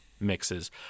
mixes